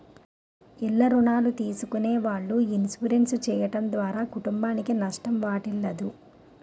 ఇల్ల రుణాలు తీసుకునే వాళ్ళు ఇన్సూరెన్స్ చేయడం ద్వారా కుటుంబానికి నష్టం వాటిల్లదు